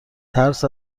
ترس